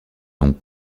donc